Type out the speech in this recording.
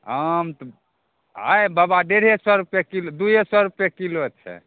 आम तऽ आइ बाबा डेढ़े सए रुपये किलो दूइये सए रुपये किलो छै